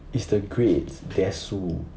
it's the grades desu